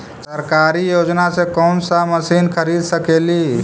सरकारी योजना से कोन सा मशीन खरीद सकेली?